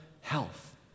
health